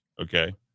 okay